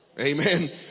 Amen